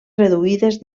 reduïdes